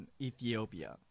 Ethiopia